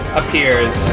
appears